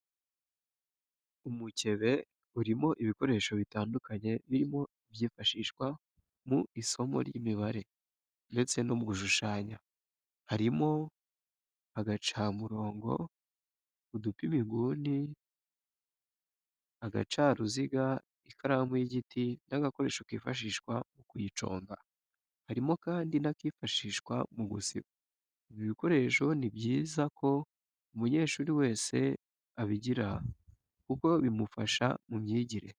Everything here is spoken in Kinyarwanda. Umukebe urimo ibikoresho bitandukanye birimo ibyifashishwa mu isomo ry'imibare ndetse no mu gushushanya, harimo agacamurongo, udupima inguni, agacaruziga, ikaramu y'igiti n'agakoresho kifashishwa mu kuyiconga, harimo kandi n'akifashishwa mu gusiba. Ibi bikoresho ni byiza ko umunyeshuri wese abigira kuko bimufasha mu myigire.